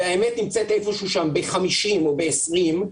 והאמת נמצאת איפשהו שם ב-50 או ב-20,